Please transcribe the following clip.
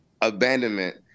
abandonment